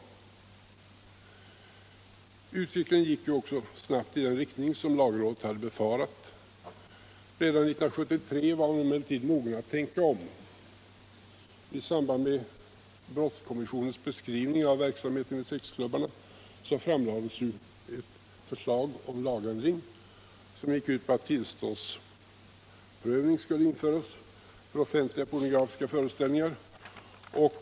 Utvecklingen gick också snabbt i den riktning som lagrådet hade befarat. Redan 1973 var man emellertid mogen att tänka om. I samband med brottskommissionens beskrivning av verksamheten i sexklubbarna framlades c förslag om lagändring, som gick ut på att tillståndsprövning skulle införas för offentliga pornografiska föreställningar.